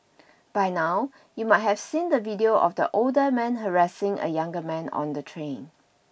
by now you might have seen the video of the older man harassing a younger man on the train